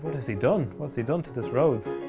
what has he done? what's he done to this rhodes?